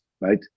right